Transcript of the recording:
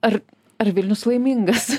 ar ar vilnius laimingas